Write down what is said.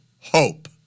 hope